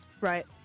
right